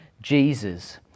Jesus